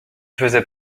faisait